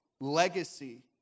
legacy